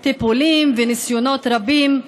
טיפולים וניסיונות רבים,